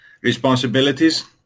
responsibilities